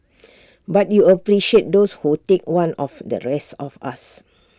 but you appreciate those who take one of the rest of us